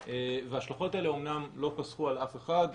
וההשלכות האלה אמנם לא פסחו על אף אחד,